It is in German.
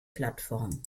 plattform